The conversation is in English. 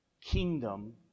kingdom